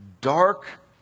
dark